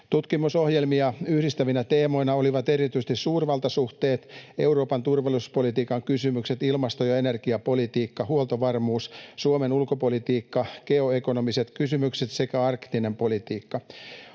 Tutkimusohjelmia yhdistävinä teemoina olivat erityisesti suurvaltasuhteet, Euroopan turvallisuuspolitiikan kysymykset, ilmasto- ja energiapolitiikka, huoltovarmuus, Suomen ulkopolitiikka, geoekonomiset kysymykset sekä arktinen politiikka.